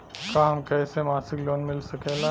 का हमके ऐसे मासिक लोन मिल सकेला?